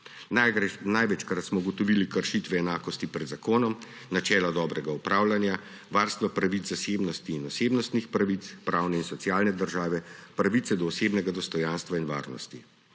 Največkrat smo ugotovili kršitve enakosti pred zakonom, načela dobrega upravljanja, varstva pravic zasebnosti in osebnostnih pravic, pravne in socialne države, pravice do osebnega dostojanstva in varnosti.